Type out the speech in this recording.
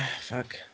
fuck